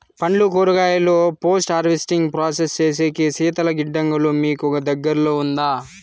పండ్లు కూరగాయలు post harvesting process సేసేకి శీతల గిడ్డంగులు మీకు దగ్గర్లో ఉందా?